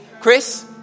Chris